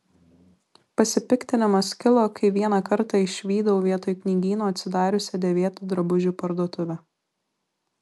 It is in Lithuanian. pasipiktinimas kilo kai vieną kartą išvydau vietoj knygyno atsidariusią dėvėtų drabužių parduotuvę